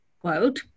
quote